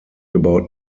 about